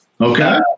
Okay